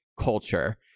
culture